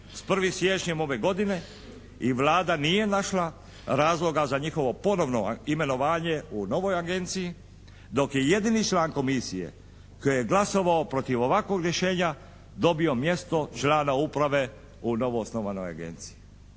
s 1. siječnjem ove godine i Vlada nije našla razloga za njihovo ponovno imenovanje u novoj agenciji, dok je jedini član komisije koji je glasovao protiv ovakvog rješenje dobio mjesto člana uprave u novoosnovanoj agenciji.